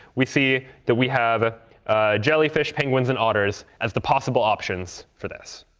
we see that we have jellyfish, penguins, and otters as the possible options for this.